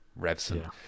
Revson